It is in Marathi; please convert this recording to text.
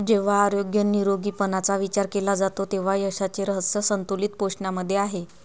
जेव्हा आरोग्य निरोगीपणाचा विचार केला जातो तेव्हा यशाचे रहस्य संतुलित पोषणामध्ये आहे